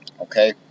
Okay